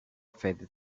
faded